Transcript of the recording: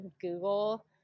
google